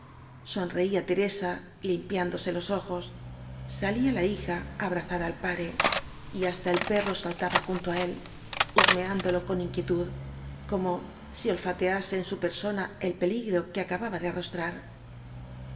sonreía teresa limpiándose los ojos salía la hija á abrazar al pare y hasta el perro saltaba junto á él hus meándolo con inquietud como si olfatease en su persona el peligro que acababa de arrostrar